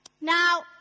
Now